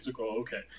okay